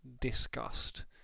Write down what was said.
disgust